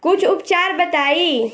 कुछ उपचार बताई?